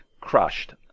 crushed